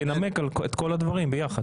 תנמק את כל הדברים ביחד,